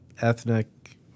ethnic